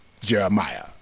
Jeremiah